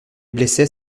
blessait